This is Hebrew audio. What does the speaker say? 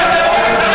הזמן,